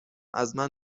ازمن